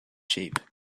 sheep